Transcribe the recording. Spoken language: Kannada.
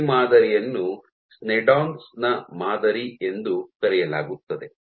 ಈ ಮಾದರಿಯನ್ನು ಸ್ನೆಡ್ಡನ್ Sneddon's ನ ಮಾದರಿ ಎಂದು ಕರೆಯಲಾಗುತ್ತದೆ